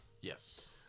Yes